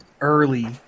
early